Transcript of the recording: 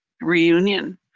reunion